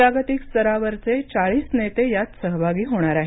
जागतिक स्तरावरचे चाळीस नेते यात सहभागी होणार आहेत